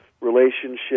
relationship